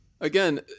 Again